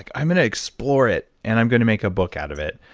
i'm going to explore it and i'm going to make a book out of it.